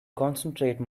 concentrate